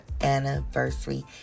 anniversary